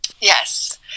Yes